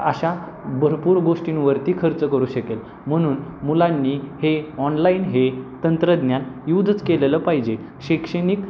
अशा भरपूर गोष्टींवरती खर्च करू शकेल म्हणून मुलांनी हे ऑनलाईन हे तंत्रज्ञान यूजच केलेलं पाहिजे शैक्षणिक